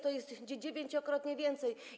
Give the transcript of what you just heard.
To jest dziewięciokrotnie więcej.